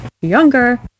younger